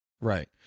Right